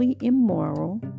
immoral